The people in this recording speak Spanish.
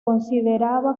consideraba